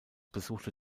besuchte